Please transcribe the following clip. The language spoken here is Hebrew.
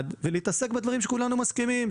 ולהתעסק בדברים שכולנו מסכימים עליהם,